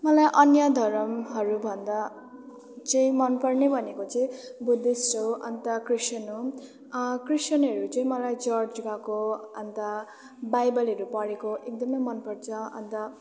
मलाई अन्य धर्महरूभन्दा चाहिँ मनपर्ने भनेको चाहिँ बुद्धिस्ट हो अन्त क्रिस्चियन हो क्रिस्चियनहरू चाहिँ मलाई चर्च गएको अन्त बाइबलहरू पढेको एकदमै मनपर्छ अन्त